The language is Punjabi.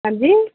ਹਾਂਜੀ